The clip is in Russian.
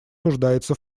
нуждается